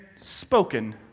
spoken